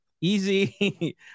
easy